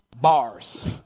Bars